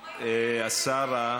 השר,